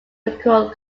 record